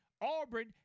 Auburn